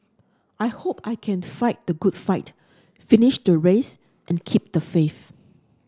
I hope I can to fight the good fight finish the race and keep the faith